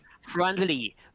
friendly